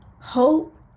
hope